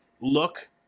look